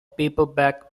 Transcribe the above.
paperback